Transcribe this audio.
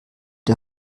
der